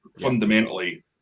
fundamentally